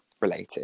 related